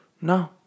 No